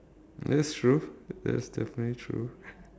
that's true that's definitely true